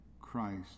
Christ